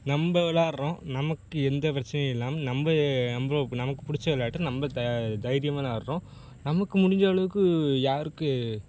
நம்ம விளாட்றோம் நமக்கு எந்த பிரச்சனையும் இல்லாமல் நம்ம நம்மளக் நமக்கு பிடிச்ச விளாட்டு நம்ம த தைரியமாக விளாட்றோம் நமக்கு முடிஞ்ச அளவுக்கு யாருக்கு